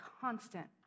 constant